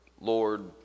Lord